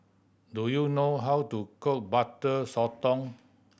do you know how to cook Butter Sotong